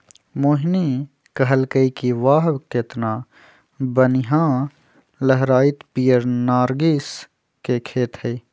मोहिनी कहलकई कि वाह केतना बनिहा लहराईत पीयर नर्गिस के खेत हई